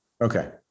Okay